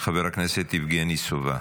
חבר הכנסת יבגני סובה.